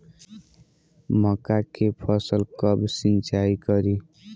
मका के फ़सल कब सिंचाई करी?